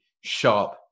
sharp